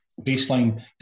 Baseline